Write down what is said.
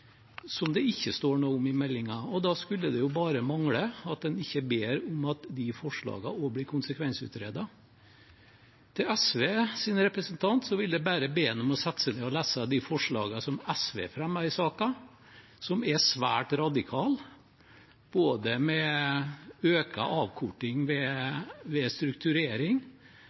som det ikke står noe om i meldingen. Da skulle det bare mangle at en ikke ber om at også de forslagene blir konsekvensutredet. Til SVs representant: Jeg vil be ham om å sette seg ned og lese de forslagene som SV fremmer i saken, som er svært radikale, både om økt avkortning ved strukturering